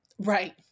Right